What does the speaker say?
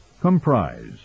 comprise